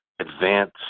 advance